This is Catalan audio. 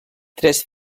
tres